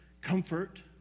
Comfort